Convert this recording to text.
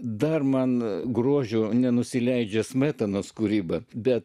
dar man grožiu nenusileidžia smetonos kūryba bet